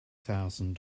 thousand